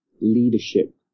leadership